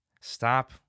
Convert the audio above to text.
Stop